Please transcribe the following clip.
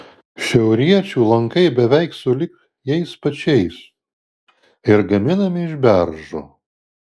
šiauriečių lankai beveik sulig jais pačiais ir gaminami iš beržo